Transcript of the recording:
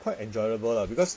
quite enjoyable lah because